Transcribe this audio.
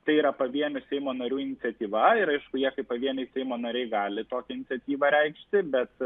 tai yra pavienių seimo narių iniciatyva ir aišku jie kaip pavieniai seimo nariai gali tokią iniciatyvą reikšti bet